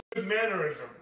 mannerism